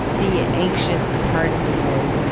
the anxious part of me is,